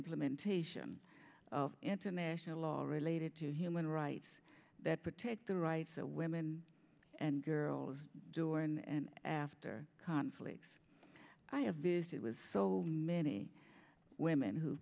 implementation of international law all related to human rights that protect the rights of women and girls door in and after conflicts i have visited was so many women who